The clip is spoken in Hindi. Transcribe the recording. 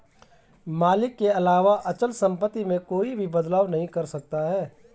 मालिक के अलावा अचल सम्पत्ति में कोई भी बदलाव नहीं कर सकता है